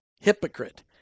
hypocrite